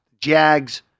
Jags